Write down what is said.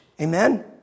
Amen